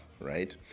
right